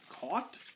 caught